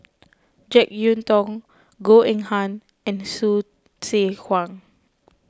Jek Yeun Thong Goh Eng Han and Hsu Tse Kwang